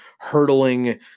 Hurtling